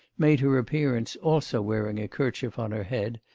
made her appearance, also wearing a kerchief on her head,